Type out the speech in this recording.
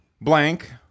blank